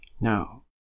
Now